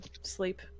sleep